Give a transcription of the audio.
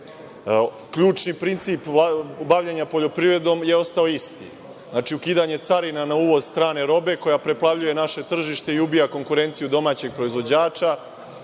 princip bavljenja poljoprivredom je ostao isti. Znači, ukidanje carina na uvoz strane robe koja preplavljuje naše tržište i ubija konkurenciju domaćeg proizvođača,